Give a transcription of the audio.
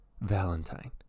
Valentine